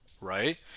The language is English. right